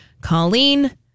Colleen